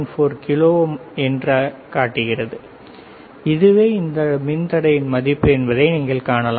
14 kilo ohm என்று காட்டுகிறது இதுவே இந்த மின்தடையின் மதிப்பு என்பதை நீங்கள் காணலாம்